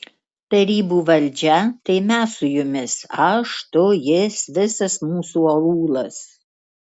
tarybų valdžia tai mes su jumis aš tu jis visas mūsų aūlas